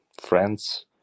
friends